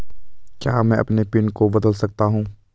क्या मैं अपने पिन को बदल सकता हूँ?